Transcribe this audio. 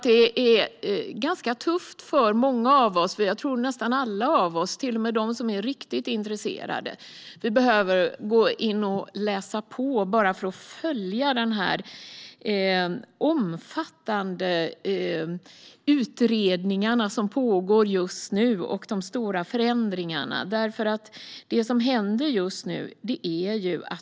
Det är nog ganska tufft för många av oss. Nästan alla - och till och med de som är riktigt intresserade - behöver läsa på bara för att följa de omfattande utredningar som pågår just nu och de stora förändringarna.